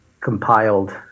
compiled